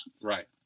Right